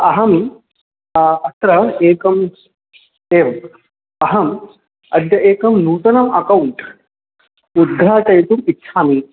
अहम् अत्र एकम् एवम् अहम् अद्य एकं नूतनम् अकौण्ट् उद्घाटयितुम् इच्छामि